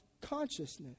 consciousness